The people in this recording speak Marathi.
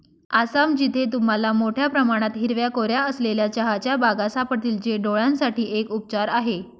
आसाम, जिथे तुम्हाला मोठया प्रमाणात हिरव्या कोऱ्या असलेल्या चहाच्या बागा सापडतील, जे डोळयांसाठी एक उपचार आहे